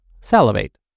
salivate